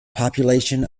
population